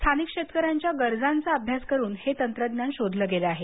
स्थानिक शेतकऱ्यांच्या गरजांचा अभ्यास करून हे तंत्रज्ञान शोधलं गेलं आहे